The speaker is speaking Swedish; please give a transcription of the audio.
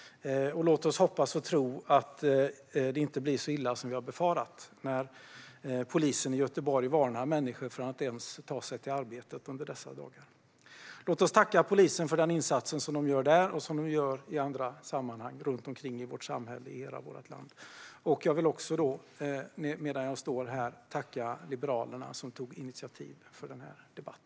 Låt oss hoppas och tro att det inte blir så illa som vi har befarat. Polisen i Göteborg har varnat människor för att ens ta sig till arbetet under de här dagarna. Låt oss tacka polisen för den insats de gör där och i andra sammanhang runt om i vårt samhälle och i hela vårt land. Jag vill tacka Liberalerna, som har tagit initiativ till denna debatt.